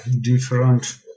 different